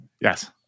Yes